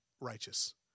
righteous